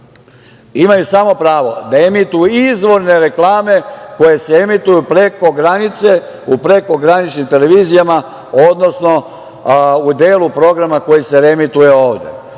imaju samo pravo da emituju izvorne reklame koje se emituju preko granice u prekograničnim televizijama, odnosno u delu programa koji se reemituje ovde.